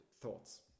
thoughts